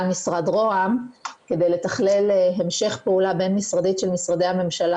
משרד רוה"מ כדי לתכלל המשך פעולה בין משרדית של משרדי הממשלה